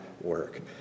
work